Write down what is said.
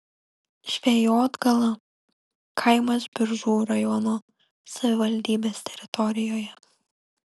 žvejotgala kaimas biržų rajono savivaldybės teritorijoje